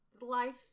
life